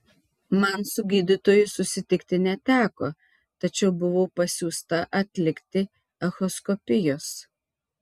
man su gydytoju susitikti neteko tačiau buvau pasiųsta atlikti echoskopijos